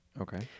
Okay